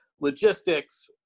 logistics